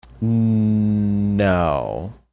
No